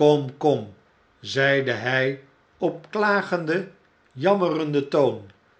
kom kom zeide hy op klagenden jammerenden toon